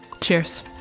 Cheers